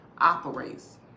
Operates